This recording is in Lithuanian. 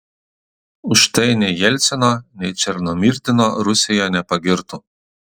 už tai nei jelcino nei černomyrdino rusija nepagirtų